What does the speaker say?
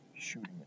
shooting